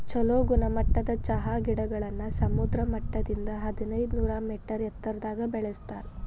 ಚೊಲೋ ಗುಣಮಟ್ಟದ ಚಹಾ ಗಿಡಗಳನ್ನ ಸಮುದ್ರ ಮಟ್ಟದಿಂದ ಹದಿನೈದನೂರ ಮೇಟರ್ ಎತ್ತರದಾಗ ಬೆಳೆಸ್ತಾರ